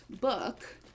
book